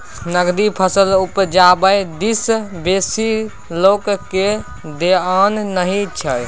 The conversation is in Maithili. नकदी फसल उपजाबै दिस बेसी लोकक धेआन नहि छै